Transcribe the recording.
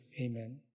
amen